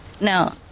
Now